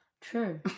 True